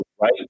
right